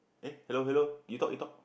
eh hello hello you talk you talk